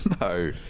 No